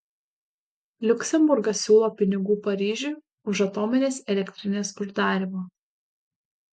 liuksemburgas siūlo pinigų paryžiui už atominės elektrinės uždarymą